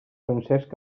francesc